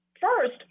first